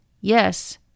Yes